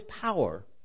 power